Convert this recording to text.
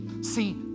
See